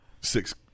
six